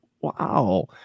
wow